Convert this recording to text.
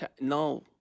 No